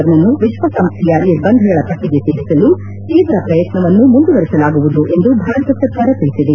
ರ್ನನ್ನು ವಿಶ್ವಸಂಸ್ಲೆಯ ನಿರ್ಬಂಧಗಳ ಪಟ್ಟಿಗೆ ಸೇರಿಸಲು ತೀವ್ರ ಪ್ರಯತ್ನವನ್ನು ಮುಂದುವರೆಸಲಾಗುವುದು ಎಂದು ಭಾರತ ಸರ್ಕಾರ ತಿಳಿಸಿದೆ